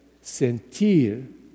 sentir